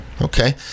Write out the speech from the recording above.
Okay